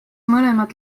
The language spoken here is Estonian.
mõlemad